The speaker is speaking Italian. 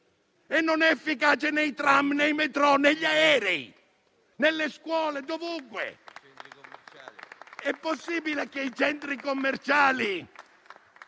e non lo è nei tram, nei metrò, negli aerei, nelle scuole, dovunque? È possibile che i centri commerciali